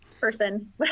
person